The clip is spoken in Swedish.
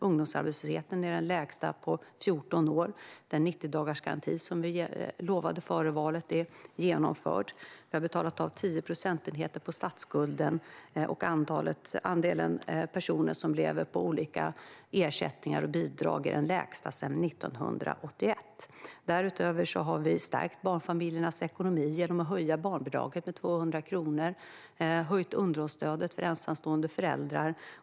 Ungdomsarbetslösheten är den lägsta på 14 år. Den 90-dagarsgaranti som vi utlovade före valet är genomförd. Vi har betalat av 10 procentenheter på statsskulden. Andelen personer som lever på olika ersättningar och bidrag är den lägsta sedan 1981. Därutöver har vi stärkt barnfamiljernas ekonomi genom att höja barnbidraget med 200 kronor. Vi har höjt underhållsstödet för ensamstående föräldrar.